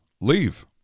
leave